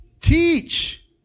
Teach